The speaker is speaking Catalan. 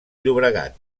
llobregat